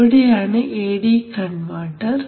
ഇവിടെയാണ് A D converter